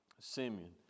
Simeon